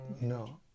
No